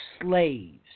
slaves